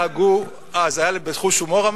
פעם היה לך חוש הומור.